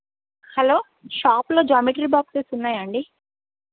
hello షాప్లో geometry boxes ఉన్నాయా అండి